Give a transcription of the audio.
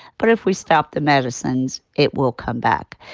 but if we stop the medicines, it will come back.